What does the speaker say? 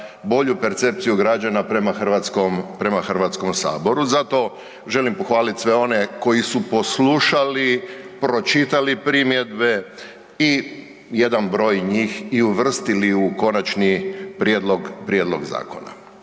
bolju percepciju građana prema HS-u. Zato želim pohvaliti sve one koji su poslušali, pročitali primjedbe i jedan broj njih i uvrstili u konačni prijedlog zakona.